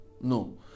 No